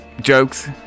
Jokes